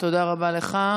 תודה רבה לך.